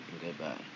goodbye